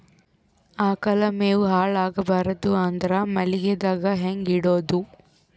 ಆಕಳ ಮೆವೊ ಹಾಳ ಆಗಬಾರದು ಅಂದ್ರ ಮಳಿಗೆದಾಗ ಹೆಂಗ ಇಡೊದೊ?